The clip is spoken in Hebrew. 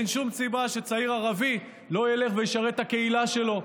אין שום סיבה שצעיר ערבי לא ילך וישרת את הקהילה שלו,